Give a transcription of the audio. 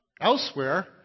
elsewhere